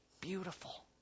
beautiful